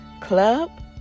Club